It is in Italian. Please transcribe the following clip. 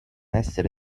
essere